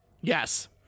Yes